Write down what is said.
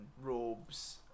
robes